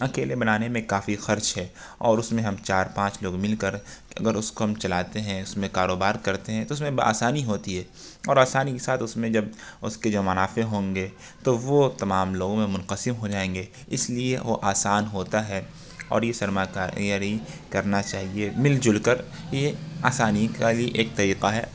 اکیلے بنانے میں کافی خرچ ہے اور اس میں ہم چار پانچ لوگ مل کر اگر اس کو ہم چلاتے ہیں اس میں کاروبار کرتے ہیں تو اس میں بآسانی ہوتی ہے اور آسانی کے ساتھ اس میں جب اس کے جو منافع ہوں گے تو وہ تمام لوگوں میں منقسم ہو جائیں گے اس لیے وہ آسان ہوتا ہے اور یہ سرمایہ کاری گری کرنا چاہیے مل جل کر یہ آسانی کا یہ ایک طریقہ ہے